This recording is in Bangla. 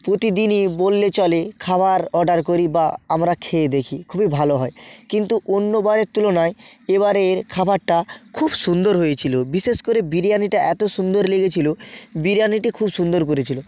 প্রতিদিনই বললে চলে খাবার অর্ডার করি বা আমরা খেয়ে দেখি খুবই ভালো হয় কিন্তু অন্য বারের তুলনায় এবারের খাবারটা খুব সুন্দর হয়েছিল বিশেষ করে বিরিয়ানিটা এত সুন্দর লেগেছিল বিরিয়ানিটি খুব সুন্দর করেছিল